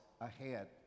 ahead